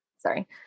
sorry